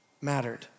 mattered